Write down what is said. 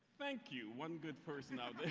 thank you. one good person out there.